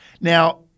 Now